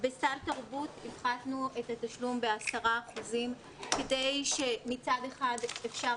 בסל תרבות הפחתנו את התשלום ב-10 אחוזים כדי שמצד אחד אפשר